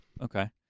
okay